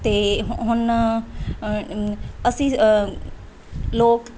ਅਤੇ ਹੁ ਹੁਣ ਅਸੀਂ ਲੋਕ